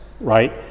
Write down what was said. right